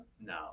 No